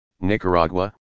Nicaragua